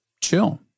chill